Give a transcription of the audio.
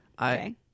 Okay